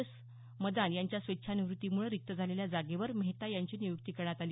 S Madan यांच्या स्वेच्छानिवृत्तीमुळे रिक्त झालेल्या जागेवर मेहता यांची नियुक्ती करण्यात आली